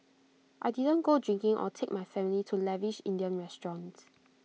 I didn't go drinking or take my family to lavish Indian restaurants